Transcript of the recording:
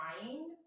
trying